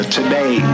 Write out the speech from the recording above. Today